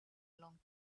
long